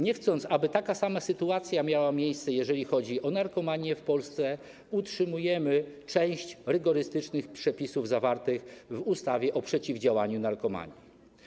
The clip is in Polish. Nie chcąc, aby taka sama sytuacja miała miejsce, jeżeli chodzi o narkomanię w Polsce, utrzymujemy część rygorystycznych przepisów zawartych w ustawie o przeciwdziałaniu narkomanii.